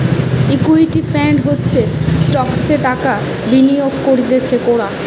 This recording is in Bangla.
ইকুইটি ফান্ড হচ্ছে স্টকসে টাকা বিনিয়োগ করতিছে কোরা